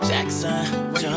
Jackson